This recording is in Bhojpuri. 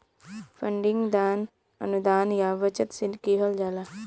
फंडिंग दान, अनुदान या बचत से किहल जाला